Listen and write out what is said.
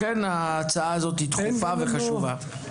לכן ההצעה הזאת היא דחופה וחשובה.